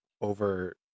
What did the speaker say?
over